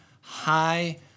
high